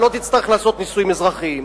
לא תצטרך לעשות נישואים אזרחיים.